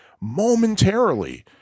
momentarily